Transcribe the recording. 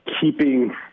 keeping